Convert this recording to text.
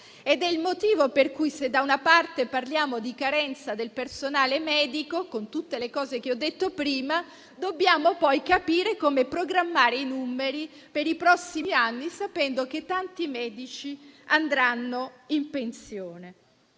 È il motivo per cui se, da una parte, parliamo di carenza del personale medico, con tutte le cose che ho detto prima, dobbiamo poi capire, dall'altra, come programmare i numeri per i prossimi anni, sapendo che tanti medici andranno in pensione.